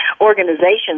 Organizations